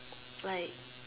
like